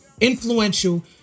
influential